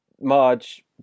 Marge